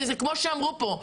זה כמו שאמרו פה,